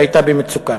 שהייתה במצוקה.